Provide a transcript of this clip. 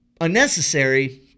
unnecessary